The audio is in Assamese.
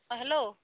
অঁ হেল্ল'